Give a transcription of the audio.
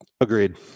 Agreed